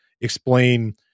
explain